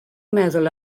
meddwl